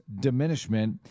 diminishment